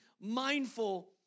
mindful